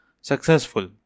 successful